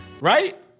right